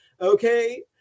okay